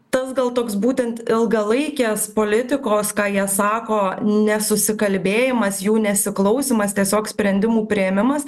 tas gal toks būtent ilgalaikės politikos ką jie sako nesusikalbėjimas jų nesiklausymas tiesiog sprendimų priėmimas